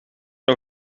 nog